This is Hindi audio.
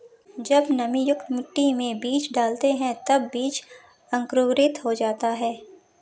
जब नमीयुक्त मिट्टी में बीज डालते हैं तब बीज अंकुरित हो जाता है